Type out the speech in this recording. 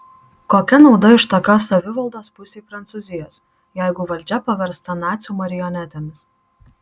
kokia nauda iš tokios savivaldos pusei prancūzijos jeigu valdžia paversta nacių marionetėmis